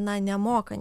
na nemoka